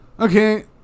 Okay